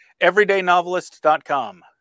EverydayNovelist.com